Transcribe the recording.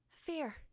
fear